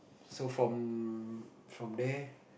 so from from there